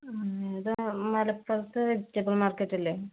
ഇത് മലപ്പുറത്ത് vegetable market അല്ലേ